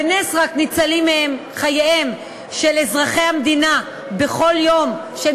רק בנס ניצלים חייהם של אזרחי המדינה בכל יום כשהם